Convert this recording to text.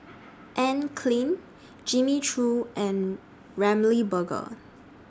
Anne Klein Jimmy Choo and Ramly Burger